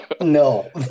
No